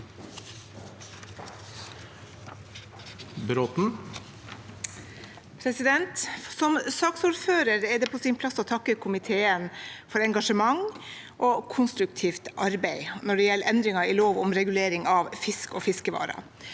Som saksordfører er det på sin plass å takke komiteen for engasjement og konstruktivt arbeid når det gjelder endringer i lov om regulering av fisk og fiskevarer.